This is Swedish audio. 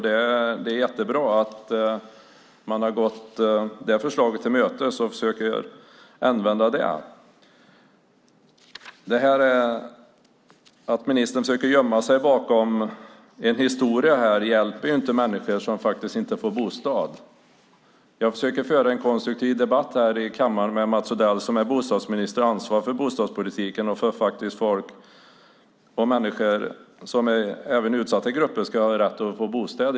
Det är jättebra att man tagit till sig det förslaget och nu försöker använda sig av det. Att ministern försöker gömma sig bakom historien hjälper inte människor som inte får bostad. Jag försöker föra en konstruktiv debatt med Mats Odell, som är bostadsminister och ansvarig för bostadspolitiken, om att även utsatta grupper ska ha rätt till bostad.